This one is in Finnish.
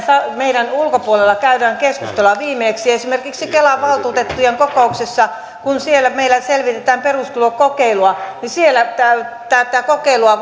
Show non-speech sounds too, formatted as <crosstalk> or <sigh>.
meidän ulkopuolellamme käydään keskustelua viimeksi esimerkiksi kelan valtuutettujen kokouksessa kun siellä meillä selvitetään perustulokokeilua tätä kokeilua <unintelligible>